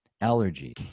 allergy